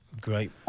Great